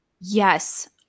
Yes